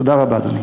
תודה רבה, אדוני.